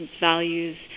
values